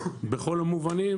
בכל המובנים,